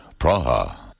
Praha